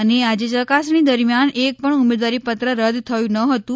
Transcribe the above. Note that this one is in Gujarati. અને આજે ચકાસણી દરમ્યાન એક પણ ઉમેદવારીપત્ર રદ થયું ન હતું